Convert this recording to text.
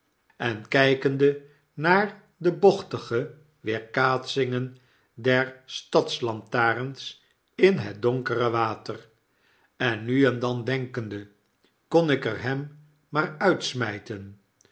en kjjkende naar de bochtige weerkaatsingen der stadslantarens in het donkere water en nu en dan denkende kon ik er hem maar uitsmijten